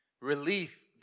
relief